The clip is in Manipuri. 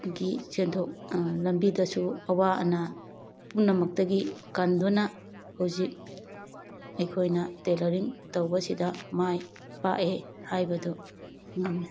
ꯒꯤ ꯁꯦꯟꯊꯣꯛ ꯂꯝꯕꯤꯗꯁꯨ ꯑꯋꯥ ꯑꯅꯥ ꯄꯨꯝꯅꯃꯛꯇꯒꯤ ꯀꯟꯗꯨꯅ ꯍꯧꯖꯤꯛ ꯑꯩꯈꯣꯏꯅ ꯇꯦꯂꯔꯤꯡ ꯇꯧꯕꯁꯤꯗ ꯃꯥꯏ ꯄꯥꯛꯑꯦ ꯍꯥꯏꯕꯗꯨ ꯉꯝꯃꯦ